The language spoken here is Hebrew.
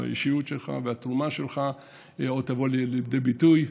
האישיות שלך והתרומה שלך עוד יבואו לידי ביטוי.